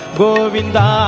govinda